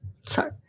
Sorry